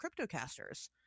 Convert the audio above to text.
CryptoCasters